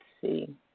see